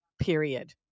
period